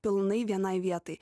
pilnai vienai vietai